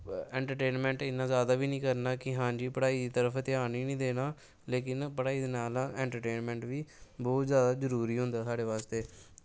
entertainment इन्ना जादा बी नी करना की पढ़ाई दी तरफ ध्यान गै नमी देना लेकिन पढ़ा ई दे नाल नाल इंट्रटेनमैंट बी बहुत जादा जरूरी होंदा साढ़े बास्तै